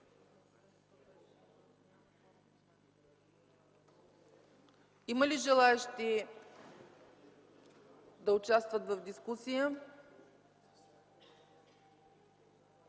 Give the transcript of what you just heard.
Има ли желаещи да участват в дискусията?